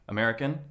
American